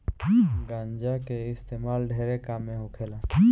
गांजा के इस्तेमाल ढेरे काम मे होखेला